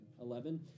Eleven